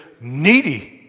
needy